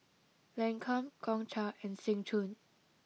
Lancome Gongcha and Seng Choon